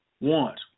want